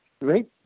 right